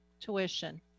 Tuition